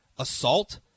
Assault